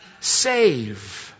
save